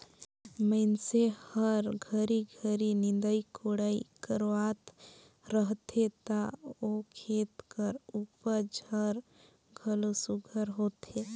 मइनसे हर घरी घरी निंदई कोड़ई करवात रहथे ता ओ खेत कर उपज हर घलो सुग्घर होथे